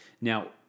Now